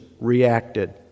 reacted